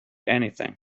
anything